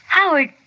Howard